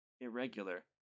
Irregular